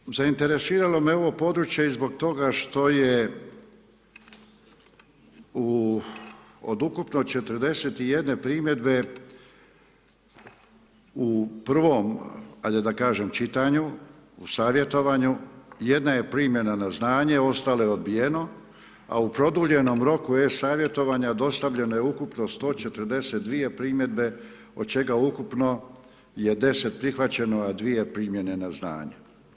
Drugo zainteresiralo me ovo područje i zbog toga što je od ukupno 41 primjedbe u prvom ajde da kažem čitanju u savjetovanju, jedna je primljena na znanje ostale odbijeno, a u produljenom roku e-savjetovanja dostavljeno je ukupno 142 primjedbe od čega ukupno je 10 prihvaćeno, a 2 primljene na znanje.